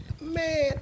Man